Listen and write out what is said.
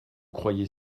croyez